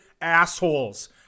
assholes